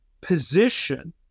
position